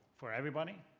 for everybody.